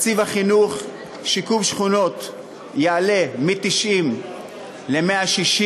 תקציב החינוך, שיקום שכונות, יעלה מ-90 ל-160,